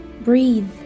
breathe